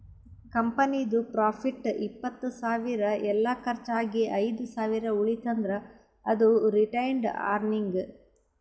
ಕಂಪನಿದು ಪ್ರಾಫಿಟ್ ಇಪ್ಪತ್ತ್ ಸಾವಿರ ಎಲ್ಲಾ ಕರ್ಚ್ ಆಗಿ ಐದ್ ಸಾವಿರ ಉಳಿತಂದ್ರ್ ಅದು ರಿಟೈನ್ಡ್ ಅರ್ನಿಂಗ್